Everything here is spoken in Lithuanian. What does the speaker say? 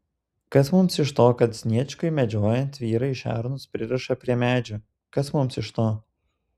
kas mums iš to kad sniečkui medžiojant vyrai šernus pririša prie medžių kas mums iš to